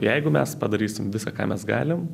jeigu mes padarysim viską ką mes galim